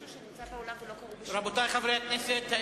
רבותי חברי הכנסת,